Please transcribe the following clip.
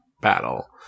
battle